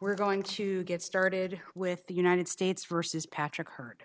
we're going to get started with the united states versus patrick h